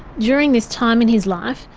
during this time in his life,